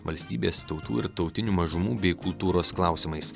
valstybės tautų ir tautinių mažumų bei kultūros klausimais